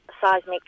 seismic